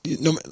No